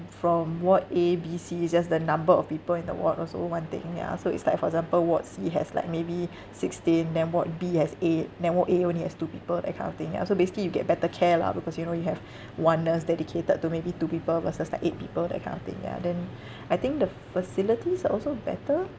from ward A B C is just the number of people in the ward also one thing ya so it's like for example ward C has like maybe sixteen then ward B has eight then ward A only has two people that kind of thing ya so basically you get better care lah because you know you have one nurse dedicated to maybe two people versus like eight people that kind of thing ya then I think the facilities are also better